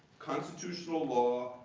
constitutional law,